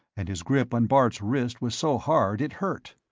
and his grip on bart's wrist was so hard it hurt.